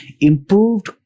improved